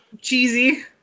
Cheesy